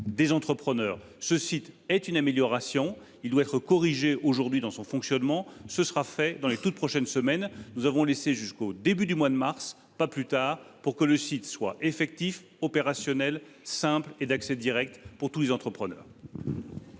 des entreprises. Il doit néanmoins être corrigé dans son fonctionnement, ce qui sera fait dans les toutes prochaines semaines. Nous avons laissé à l'Inpi jusqu'au début du mois de mars, pas plus tard, pour que le site soit effectif, opérationnel, simple et d'accès direct pour tous les entrepreneurs.